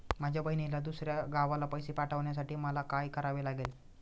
माझ्या बहिणीला दुसऱ्या गावाला पैसे पाठवण्यासाठी मला काय करावे लागेल?